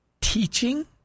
teaching